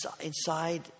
inside